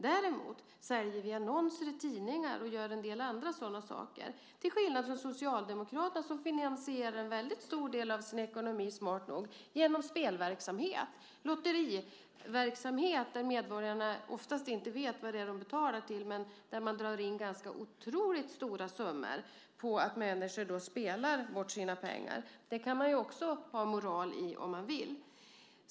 Däremot säljer vi annonser i tidningar och gör en del andra sådana saker till skillnad från Socialdemokraterna som smart nog finansierar en väldigt stor del av sin ekonomi genom spelverksamhet, lotteriverksamhet, där medborgarna oftast inte vet vad de betalar till. Där drar man in otroligt stora summor på att människor spelar bort sina pengar. Det kan man också se moral i om man vill.